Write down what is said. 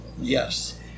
Yes